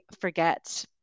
forget